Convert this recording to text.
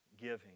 giving